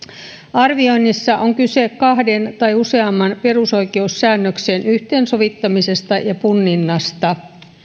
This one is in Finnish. arvioinnissa on kyse kahden tai useamman perusoikeussäännöksen yhteensovittamisesta ja punninnasta